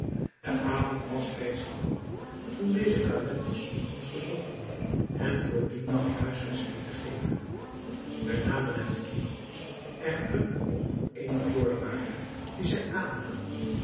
de avond was reeds gevallen toen deze calenders ons verzochten hen voor dien nacht huisvesting te geven wij namen hen in echter onder ééne voorwaarde die zij aannamen